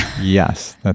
yes